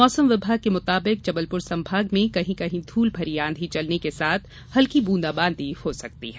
मौसम विभाग के मुताबिक जबलपुर संभाग में कहीं कहीं धूल भरी आंधी चलने के साथ हल्की बूंदाबांदी हो सकती है